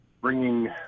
bringing